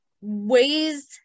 ways